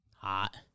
Hot